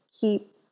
keep